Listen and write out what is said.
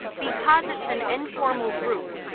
because it's an informal group,